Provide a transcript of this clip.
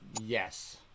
Yes